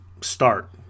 start